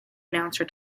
announcer